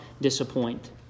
disappoint